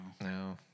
No